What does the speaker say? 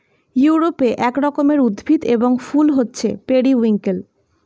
ইউরোপে এক রকমের উদ্ভিদ এবং ফুল হচ্ছে পেরিউইঙ্কেল